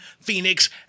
Phoenix